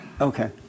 okay